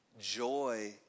joy